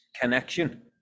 connection